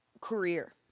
career